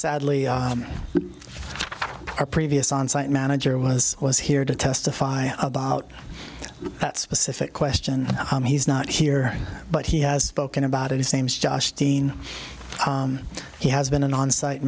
sadly our previous onsite manager was was here to testify about that specific question he's not here but he has spoken about it is ames josh dean he has been an onsite